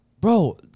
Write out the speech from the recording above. Bro